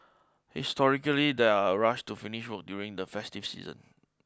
historically there are a rush to finish work during the festive season